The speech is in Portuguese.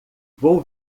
vou